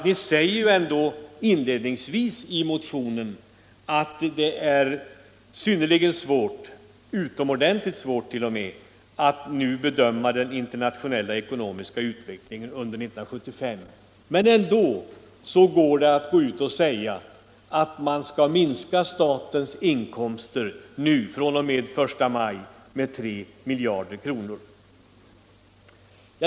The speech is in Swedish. Ni säger inledningsvis i motionen att det är utomordentligt svårt att nu bedöma den internationella ekonomiska utvecklingen under 1975, men ändå kan ni föreslå att man fr.o.m. den 1 maj skall minska statens inkomster med 3 miljarder kronor.